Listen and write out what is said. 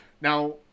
now